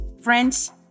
friends